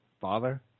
father